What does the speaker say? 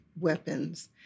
weapons